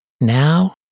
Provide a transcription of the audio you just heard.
now